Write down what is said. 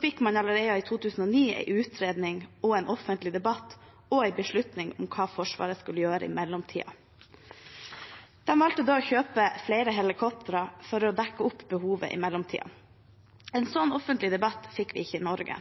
fikk man allerede i 2009 en utredning, en offentlig debatt og en beslutning om hva forsvaret skulle gjøre i mellomtiden. De valgte da å kjøpe flere helikoptre for å dekke opp behovet i mellomtiden. En slik offentlig debatt fikk vi ikke i Norge.